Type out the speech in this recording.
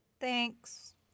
Thanks